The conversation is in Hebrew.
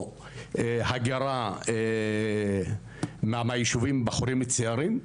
או הגרה מהישובים של בחורים צעירים.